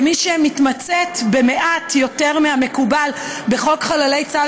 כמי שמתמצאת מעט יותר מהמקובל בחוק חללי צה"ל